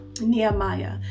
Nehemiah